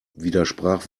widersprach